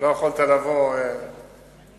ולא יכולת לבוא לביקור.